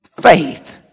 Faith